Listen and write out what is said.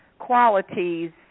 qualities